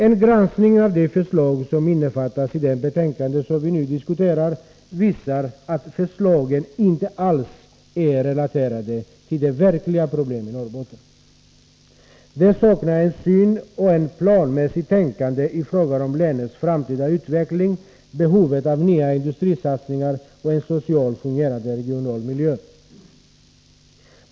En granskning av de förslag som innefattas i det betänkande vi nu diskuterar visar att förslagen inte alls är relaterade till de verkliga problemen i Norrbotten. Där saknar jag en syn och ett planmässigt tänkande i fråga om länets framtida utveckling, behovet av nya industrisatsningar och en socialt fungerande regional miljö.